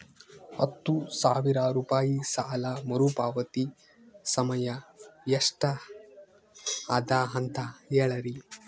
ಹತ್ತು ಸಾವಿರ ರೂಪಾಯಿ ಸಾಲ ಮರುಪಾವತಿ ಸಮಯ ಎಷ್ಟ ಅದ ಅಂತ ಹೇಳರಿ?